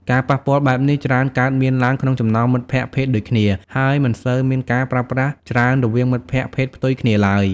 ការប៉ះពាល់បែបនេះច្រើនកើតមានឡើងក្នុងចំណោមមិត្តភក្តិភេទដូចគ្នា ហើយមិនសូវមានការប្រើប្រាស់ច្រើនរវាងមិត្តភក្តិភេទផ្ទុយគ្នាឡើយ។